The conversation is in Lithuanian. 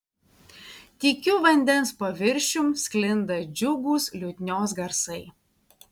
tykiu vandens paviršium sklinda džiugūs liutnios garsai